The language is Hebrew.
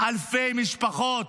אלפי משפחות.